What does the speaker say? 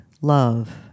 love